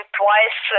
twice